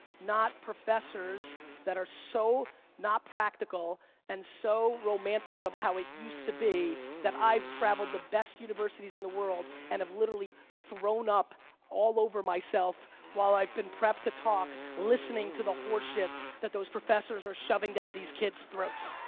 not professors that are so not practical and so romantic of how it used to be that i've traveled the best universities in the world and have literally thrown up all over myself while i've been prepped to talk listening to the horse shit that those professors are shoving down these kids' throats.